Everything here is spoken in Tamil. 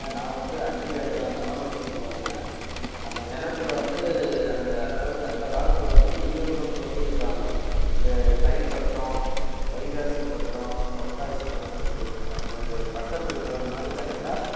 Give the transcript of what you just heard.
நான் வந்து அஞ்சு ஏக்கராக நிலம் வச்சுருக்கங்க அந்த நிலத்துல வந்து அந்த அதாவது அந்த காலத்தில் வந்து முதியோர்கள் சொல்லி இருக்காங்க இந்த தை பட்டம் வைகாசி பட்டம் புரட்டாசி பட்டோன்ட்டு அந்த பட்டத்துக்கு தகுந்த மாதிரி கரெக்ட்டாக